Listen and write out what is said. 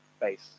face